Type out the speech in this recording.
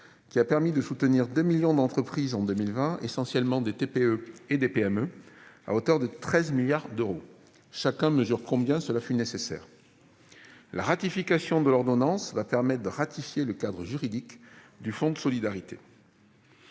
qui a permis de soutenir 2 millions d'entreprises l'année dernière, essentiellement des TPE et des PME, à hauteur de 13 milliards d'euros. Chacun mesure combien cela fut nécessaire. La ratification de l'ordonnance va permettre de ratifier le cadre juridique du fonds. L'article